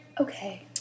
Okay